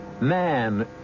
Man